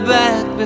back